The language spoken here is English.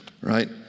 right